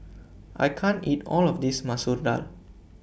I can't eat All of This Masoor Dal